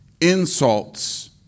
insults